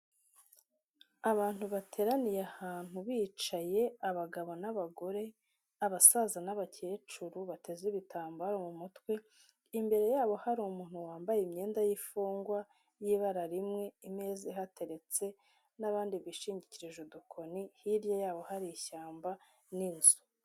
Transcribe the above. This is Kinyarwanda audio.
Abantu bateraniye ahantu bicaye abagabo n'abagore, abasaza n'abakecuru bateze ibitambaro mu mutwe, imbere yabo hari umuntu wambaye imyenda y'imfungwa y'ibara rimwe, imeza ihateretse n'abandi bishingikirije udukoni, hirya yabo hari ishyamba n'inzu.